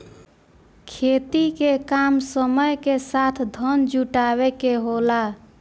खेती के काम समय के साथ धन जुटावे के होला